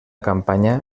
campanya